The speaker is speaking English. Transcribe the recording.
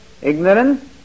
Ignorance